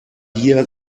hier